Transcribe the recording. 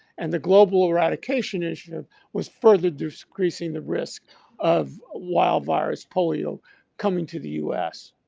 and the global eradication issue was further decreasing the risk of wild virus polio coming to the us.